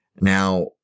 Now